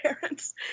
parents